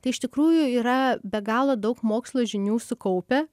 tai iš tikrųjų yra be galo daug mokslo žinių sukaupę